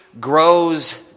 grows